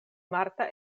marta